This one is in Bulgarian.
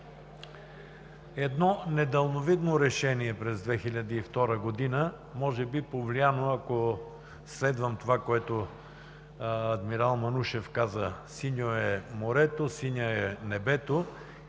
Едно недалновидно решение през 2002 г., може би повлияно, ако следвам казаното от адмирал Манушев – синьо е морето, синьо е небето.